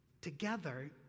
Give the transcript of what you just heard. together